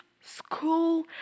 school